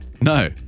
No